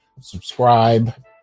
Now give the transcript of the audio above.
subscribe